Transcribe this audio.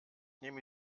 nehme